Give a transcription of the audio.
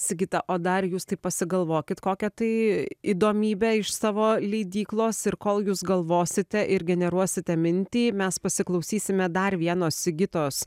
sigita o dar jūs taip pasigalvokit kokią tai įdomybę iš savo leidyklos ir kol jūs galvosite ir generuosite mintį mes pasiklausysime dar vieno sigitos